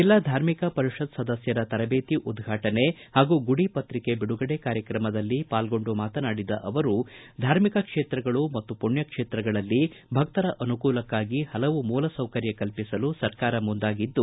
ಜಿಲ್ಲಾ ಧಾರ್ಮಿಕ ಪರಿಷತ್ ಸದಸ್ದರ ತರಬೇತಿಯ ಉದ್ಘಾಟನೆ ಹಾಗೂ ಗುಡಿ ಪತ್ರಿಕೆಯ ಬಿಡುಗಡೆ ಕಾರ್ಯಕ್ರಮದಲ್ಲಿ ಪಾಲ್ಗೊಂಡು ಮಾತನಾಡಿದ ಅವರು ಧಾರ್ಮಿಕ ಕ್ಷೇತ್ರಗಳು ಮತ್ತು ಪುಣ್ಡ ಕ್ಷೇತ್ರಗಳಲ್ಲಿ ಭಕ್ತರ ಅನುಕೂಲಕ್ಷಾಗಿ ಹಲವು ಮೂಲಸೌಕರ್ಯ ಕಲ್ಪಿಸಲು ಸರ್ಕಾರ ಮುಂದಾಗಿದ್ದು